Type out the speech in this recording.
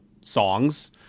songs